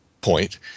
point